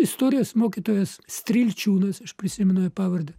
istorijos mokytojas strilčiūnas aš prisimenu jo pavardę